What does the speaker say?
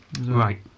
Right